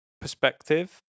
perspective